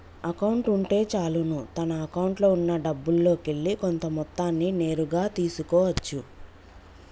account ఉంటే చాలును తన అకౌంట్లో ఉన్నా డబ్బుల్లోకెల్లి కొంత మొత్తాన్ని నేరుగా తీసుకో అచ్చు